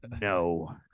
no